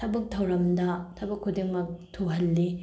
ꯊꯕꯛ ꯊꯧꯔꯝꯗ ꯊꯕꯛ ꯈꯨꯗꯤꯡꯃꯛ ꯊꯨꯍꯜꯂꯤ